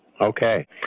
okay